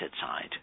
side